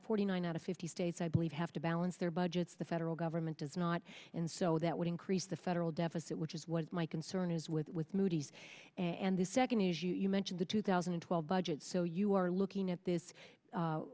forty nine out of fifty states i believe have to balance their budgets the federal government is not in so that would increase the federal deficit which is what my concern is with moody's and the second is you mentioned the two thousand twelve budget so you are looking at this